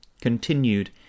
continued